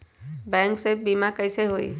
Bank से बिमा कईसे होई?